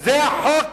זה החוק.